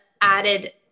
added